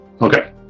Okay